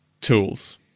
tools